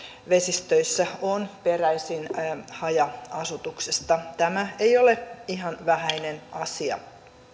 vesistöissä on peräisin haja asutuksesta tämä ei ole ihan vähäinen asia